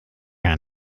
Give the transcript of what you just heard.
gar